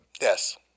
Yes